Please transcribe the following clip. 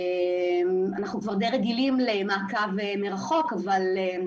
אנחנו כבר די רגילים למעקב מרחוק, אבל גם